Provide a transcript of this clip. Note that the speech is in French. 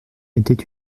étaient